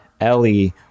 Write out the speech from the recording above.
Ellie